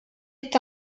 est